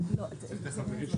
אחת,